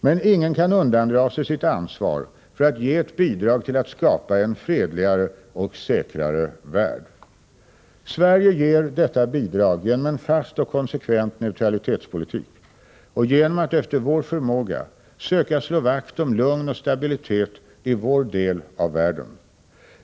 Men ingen kan undandra sig sitt ansvar för att ge ett bidrag till att skapa en fredligare och säkrare värld. Sverige ger detta bidrag genom en fast och konsekvent neutralitetspolitik och genom att, efter vår förmåga, söka slå vakt om lugn och stabilitet i vår del av världen.